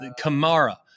Kamara